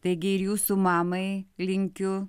taigi ir jūsų mamai linkiu